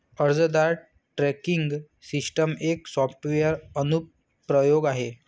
अर्जदार tracking system एक software अनुप्रयोग आहे